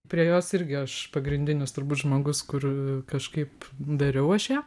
prie jos irgi aš pagrindinis turbūt žmogus kur kažkaip dariau aš ją